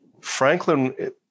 Franklin